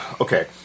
Okay